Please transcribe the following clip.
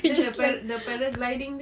then the para~ the paragliding thing